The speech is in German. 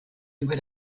über